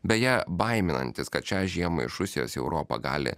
beje baiminantis kad šią žiemą iš rusijos į europą gali